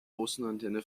außenantenne